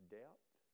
depth